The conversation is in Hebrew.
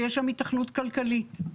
שיש שם היתכנות כלכלית.